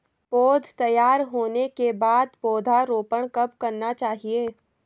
पौध तैयार होने के बाद पौधा रोपण कब करना चाहिए?